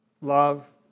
Love